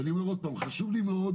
ואני אומר עוד פעם, חשוב לי מאוד